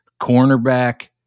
cornerback